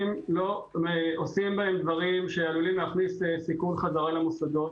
לא עושים בהן דברים שעלולים להכניס סיכון חזרה למוסדות.